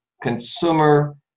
consumer